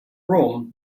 room